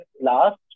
last